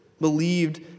believed